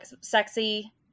sexy